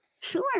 Sure